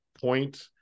point